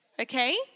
okay